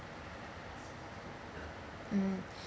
mm